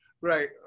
right